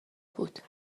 بود